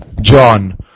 John